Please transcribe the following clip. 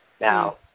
Now